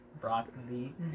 Broccoli